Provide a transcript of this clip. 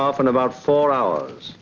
off in about four hours